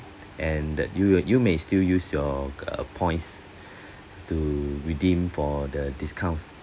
and that you will you may still use your uh points to redeem for the discounts